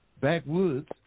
backwoods